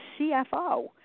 CFO